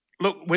Look